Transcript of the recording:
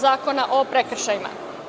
Zakona o prekršajima.